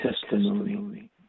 testimony